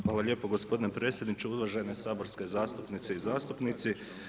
Hvala lijepo gospodine predsjedniče, uvažene saborske zastupnice i zastupnici.